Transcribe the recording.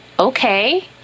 okay